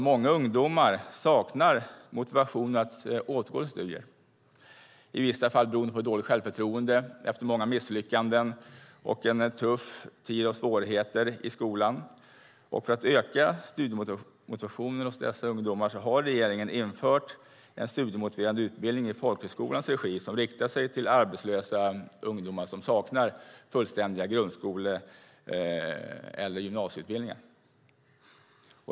Många ungdomar saknar motivation att återgå till studier - i vissa fall beroende på dåligt självförtroende efter många misslyckanden och en tuff tid av svårigheter i skolan. För att öka studiemotivationen hos dessa ungdomar har regeringen infört en studiemotiverande utbildning i folkhögskolans regi som riktar sig till arbetslösa ungdomar som saknar fullständig grundskole eller gymnasieutbildning.